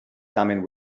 coming